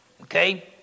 Okay